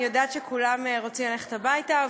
אני יודעת שכולם רוצים ללכת הביתה,